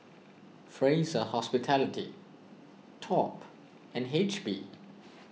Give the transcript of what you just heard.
Fraser Hospitality Top and H P